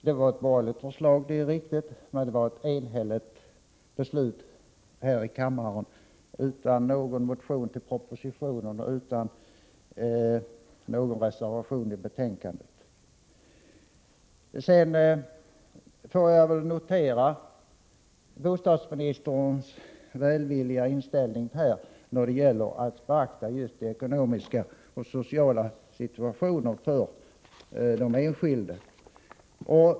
Det är riktigt att det var fråga om ett borgerligt förslag, men beslutet fattades i enighet här i kammaren, utan att någon motion väcktes i anledning av propositionen och utan att någon reservation avgavs till betänkandet. Jag noterar bostadsministerns välvilliga inställning till att beakta situationer, ekonomiskt och socialt, som uppstår för de enskilda.